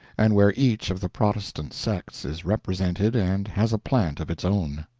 and where each of the protestant sects is represented and has a plant of its own.